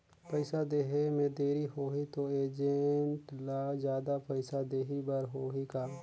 पइसा देहे मे देरी होही तो एजेंट ला जादा पइसा देही बर होही का?